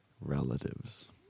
Relatives